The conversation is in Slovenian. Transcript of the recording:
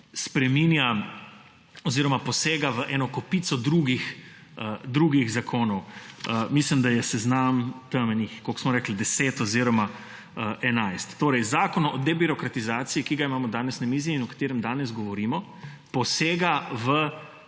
spreminja oziroma posega v kopico drugih zakonov. Mislim, da jih je na seznamu, koliko smo rekli, 10 oziroma 11. Zakon o debirokratizaciji, ki ga imamo danes na mizi in o katerem danes govorimo, posega v